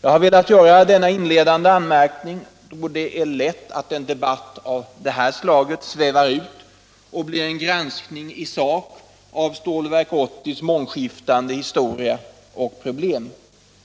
Jag har velat göra denna inledande anmärkning, då en debatt av detta slag lätt svävar ut och blir en granskning i sak av Stålverk 80:s mångskiftande historia och problem.